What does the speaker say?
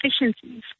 efficiencies